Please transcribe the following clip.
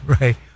Right